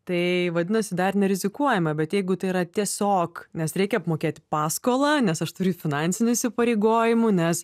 tai vadinasi dar nerizikuojame bet jeigu tai yra tiesiog nes reikia apmokėti paskolą nes aš turiu finansinių įsipareigojimų nes